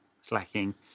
slacking